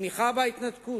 תמיכה בהתנתקות,